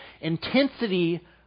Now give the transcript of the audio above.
intensity